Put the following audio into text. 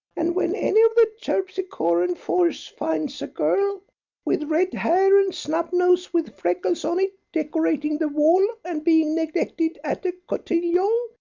and when any of the terpsichorean force finds a girl with red hair and snub nose with freckles on it decorating the wall and being neglected at a cotillion,